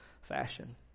fashion